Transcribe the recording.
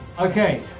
Okay